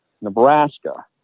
Nebraska